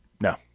No